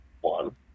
One